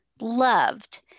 loved